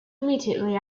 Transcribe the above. immediately